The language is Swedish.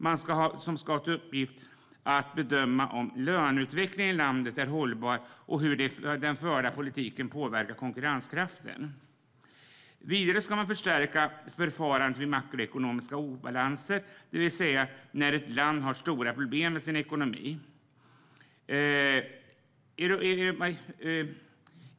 Den ska ha till uppgift bedöma om löneutvecklingen i landet är hållbar och hur den förda politiken påverkar konkurrenskraften. Vidare ska man förstärka förfarandet vid makroekonomiska obalanser, det vill säga när ett land har stora problem med sin ekonomi.